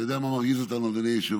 אתה יודע מה מרגיז אותנו, אדוני היושב-ראש?